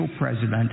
president